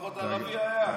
תגיד, לפחות ערבי היה.